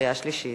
קריאה שלישית.